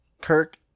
Kirk